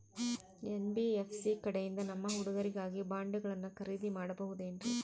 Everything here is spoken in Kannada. ಎನ್.ಬಿ.ಎಫ್.ಸಿ ಕಡೆಯಿಂದ ನಮ್ಮ ಹುಡುಗರಿಗಾಗಿ ಬಾಂಡುಗಳನ್ನ ಖರೇದಿ ಮಾಡಬಹುದೇನ್ರಿ?